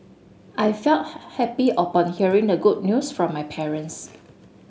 I felt happy upon hearing the good news from my parents